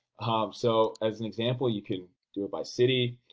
so, as an example, you can do it by city,